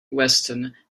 weston